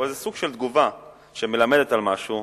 זה סוג של תגובה שמלמדת על משהו.